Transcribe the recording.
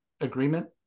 agreement